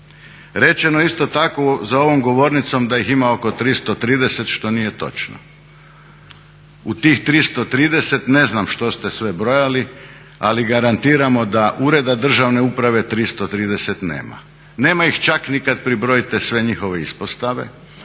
Rečeno je isto tako za ovom govornicom da ih ima oko 330, što nije točno. U tih 330 ne znam što ste sve brojali ali garantiramo da ureda državne uprave 330 nema. Nema ih čak ni kada pribrojite sve njihove ispostave